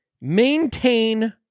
Maintain